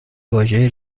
واژه